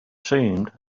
seemed